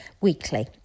weekly